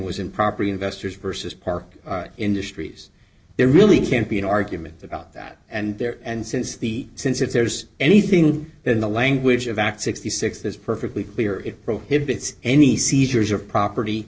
was improperly investors versus park industries there really can't be an argument about that and there and since the since if there's anything in the language of act sixty six that's perfectly clear it prohibits any seizures or property